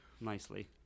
nicely